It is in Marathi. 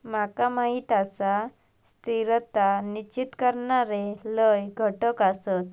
माका माहीत आसा, स्थिरता निश्चित करणारे लय घटक आसत